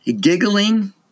giggling